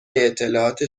اطلاعات